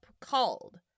called